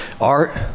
art